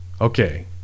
Okay